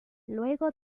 luego